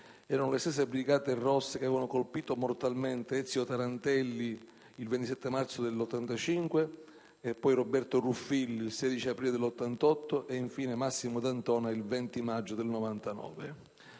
Erano le stesse Brigate Rosse che avevano colpito mortalmente Ezio Tarantelli il 27 marzo del 1985 e poi Roberto Ruffilli il 16 aprile del 1988 e Massimo D'Antona il 20 maggio del